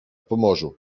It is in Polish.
pomorzu